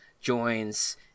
joins